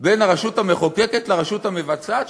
בין הרשות המחוקקת לרשות המבצעת,